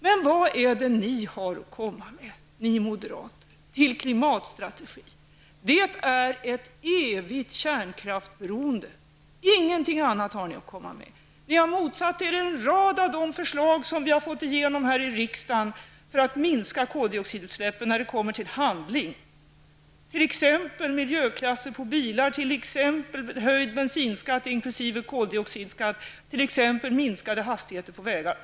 Men vad är det för klimatstrategi ni moderater har att komma med? Det är ett evigt kärnkraftsberoende, ingenting annat har ni att komma med. Ni har motsatt er en rad av de förslag som vi har fått igenom här i riksdagen när det gällt att i handling minska koldioxidutsläppen. Det gäller t.ex. miljöklasser på bilar, höjd bensinskatt inkl. koldioxidskatt, minskade hastigheter på vägar.